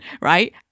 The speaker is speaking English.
right